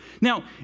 Now